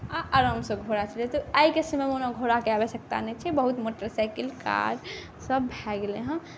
आओर आरामसँ घोड़ा चलेतै आइके समयमे ओना घोड़ाके आवश्यकता नहि छै बहुत मोटरसाइकिल कारसब भऽ गेलै हँ